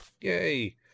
yay